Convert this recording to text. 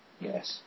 Yes